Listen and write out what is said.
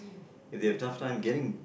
they've tough time getting